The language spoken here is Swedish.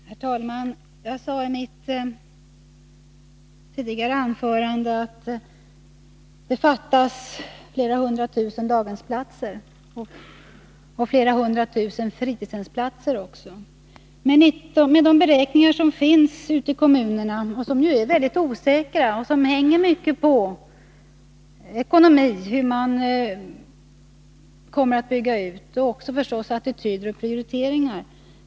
Herr talman! Jag sade i mitt tidigare anförande att det fattas flera hundra tusen daghemsplatser och flera hundra tusen fritidshemsplatser. De beräkningar som har gjorts ute i kommunerna är väldigt osäkra, och hur kommunerna kommer att bygga ut hänger mycket på ekonomi och naturligtvis också på attityder och prioriteringar.